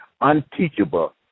Unteachable